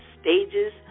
stages